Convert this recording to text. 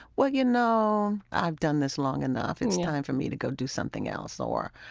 well, you know, i've done this long enough. it's time for me to go do something else or,